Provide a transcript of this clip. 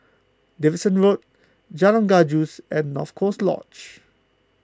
Davidson Road Jalan Gajus and North Coast Lodge